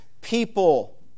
people